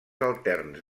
alterns